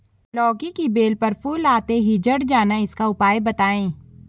लौकी की बेल पर फूल आते ही झड़ जाना इसका उपाय बताएं?